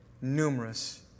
numerous